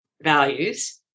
values